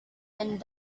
and